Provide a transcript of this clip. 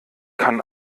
kann